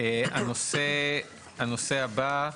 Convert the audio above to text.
הנושא הבא,